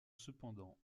cependant